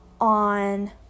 on